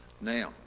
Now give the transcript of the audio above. Now